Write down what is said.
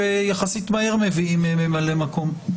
שיחסית מהר מביאים ממלא מקום.